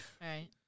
Right